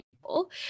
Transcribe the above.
people